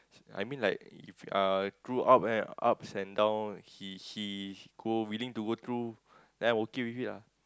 I mean like if uh through up and ups and down she she go willing to work through then I'm okay with it lah